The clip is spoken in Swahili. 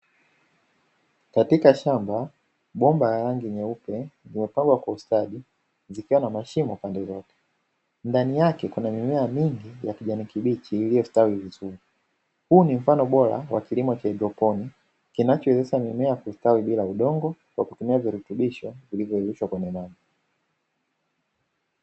Katika shamba bomba za rangi nyeupe zilimepangwa kwa ustadi zikiwa na mashimo pande zote, Ndani yake kuna mimea mingi ya kijani kibichi Iliyostawi vizuri. Huu ni mfano bora wa kilimo cha haidroponi iliyopo kinachoweza mimea kustawi bila udongo kwa kutumia virutubisho vilivyorushwa kwenye maji.